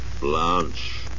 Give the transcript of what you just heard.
Blanche